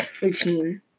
routine